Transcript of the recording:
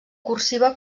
cursiva